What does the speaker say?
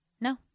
No